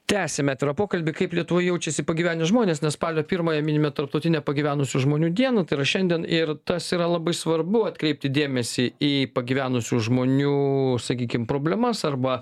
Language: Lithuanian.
tęsiam atvirą pokalbį kaip lietuvoj jaučiasi pagyvenę žmonės nes spalio pirmąją minime tarptautinę pagyvenusių žmonių dieną tai yra šiandien ir tas yra labai svarbu atkreipti dėmesį į pagyvenusių žmonių sakykim problemas arba